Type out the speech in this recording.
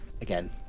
Again